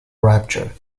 rapture